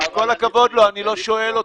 עם כל הכבוד לו אני לא שואל אותו.